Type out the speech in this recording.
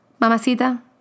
mamacita